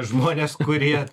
žmonės kurie